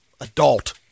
adult